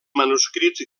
manuscrits